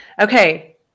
Okay